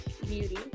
Beauty